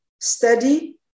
study